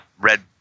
red